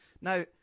Now